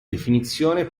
definizione